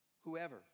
Whoever